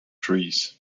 trees